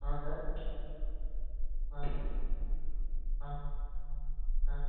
ହଁ ସାର୍ ହଁ ହଁ ହଁ